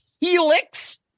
Helix